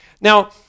Now